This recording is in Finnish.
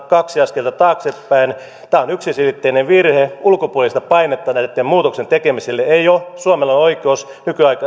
kaksi askelta taaksepäin tämä on yksiselitteinen virhe ulkopuolista painetta näitten muutosten tekemiselle ei ole suomella on oikeus